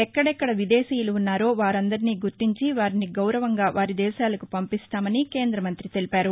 ఎక్కడెక్కడైతే విదేశీయులు ఉన్నారో వారందరినీ గుర్తించి వారిని గౌరవంగా వారి దేశాలకు పంపిస్తామని కేందమంతి తెలిపారు